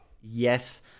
yes